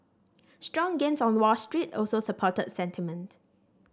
strong gains on Wall Street also supported sentiment